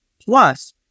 plus